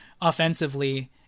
offensively